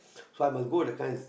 so I must go that kind